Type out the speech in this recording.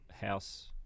house